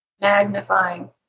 magnifying